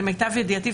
למיטב ידיעתי,